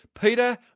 Peter